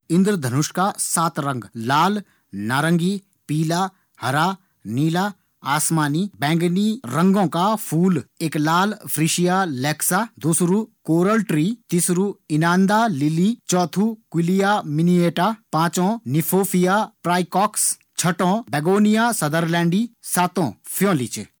इंद्रधनुष का सात रंग लाल, नारंगी, पीला, हरा, नीला, आसमानी, बैंगनी रंगों का फूल एक लाल रंग कू फ्रीसिया लेक्सा, दुसरू कोरल ट्री, तीसरु इनांदा लिली, चौथू विलिया मिनियेटा, पांचवू निफोफिया प्राइकोक्स, छटवू माइगोनिया सदरलेंडी और सातवाँ फ्योंली च।